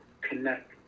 connect